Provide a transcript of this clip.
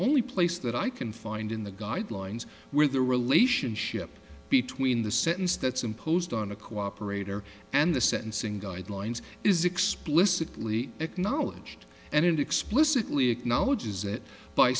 only place that i can find in the guidelines where the relationship between the sentence that's imposed on a cooperator and the sentencing guidelines is explicitly acknowledged and it explicitly acknowledges it by